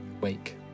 Wake